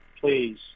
please